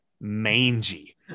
mangy